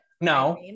no